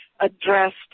addressed